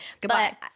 Goodbye